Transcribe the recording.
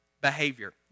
behavior